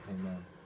amen